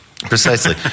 Precisely